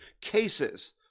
cases